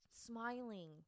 smiling